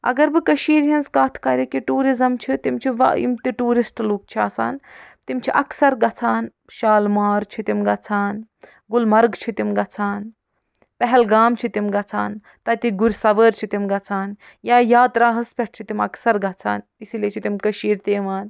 اگر بہٕ کشیٖرِ ہنٛز کتھ کر یکیٚاہ ٹوٗرِزم چھُ تِم چھِ یِم تہِ ٹوٗرسٹ لُکھ چھِ آسان تِم چھِ اکثر گژھان شالمار چھِ گژھان گلمرگ چھِ تِم گژھان پہلگام چھِ تِم گژھان تتیِکۍ گُرۍ سوٲرۍ چھِ تِم گژھان یا یاتراہس پیٹھ چھِ تِم اکثر گژھان اسی لیے چھِ تِم کشیٖرِ تہِ یِوان